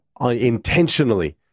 intentionally